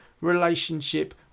relationship